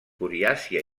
coriàcia